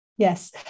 Yes